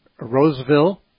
Roseville